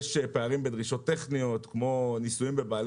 יש פערים בדרישות טכניות כמו ניסויים בבעלי